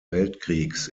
weltkriegs